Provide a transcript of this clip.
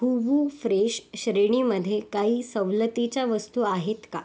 Hoovu fresh श्रेणीमध्ये काही सवलतीच्या वस्तू आहेत का